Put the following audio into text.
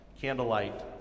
candlelight